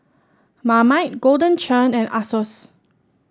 Marmite Golden Churn and Asos